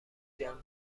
جمع